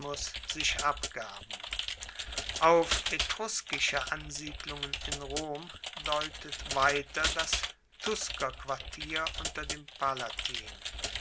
sich abgaben auf etruskische ansiedlungen in rom deutet weiter das tuskerquartier unter dem palatin